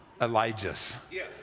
Elijahs